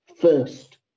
first